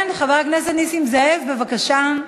כן, חבר הכנסת נסים זאב, בבקשה.